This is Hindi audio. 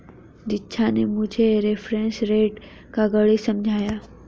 दीक्षा ने मुझे रेफरेंस रेट का गणित समझाया